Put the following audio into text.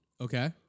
Okay